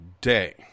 day